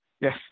yes